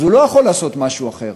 אז הוא לא יכול לעשות משהו אחר.